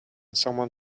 someone